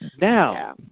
Now